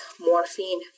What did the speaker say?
morphine